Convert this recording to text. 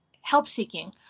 help-seeking